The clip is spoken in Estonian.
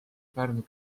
pärnu